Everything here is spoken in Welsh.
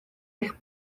eich